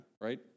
right